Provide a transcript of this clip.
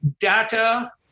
data